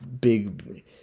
big